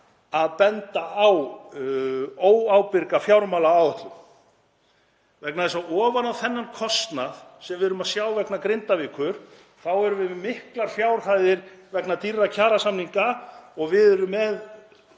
að benda á óábyrga fjármálaáætlun, vegna þess að ofan á þennan kostnað sem við erum að sjá vegna Grindavíkur þá erum við með miklar fjárhæðir vegna dýrra kjarasamninga og við erum með